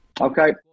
Okay